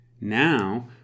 Now